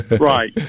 Right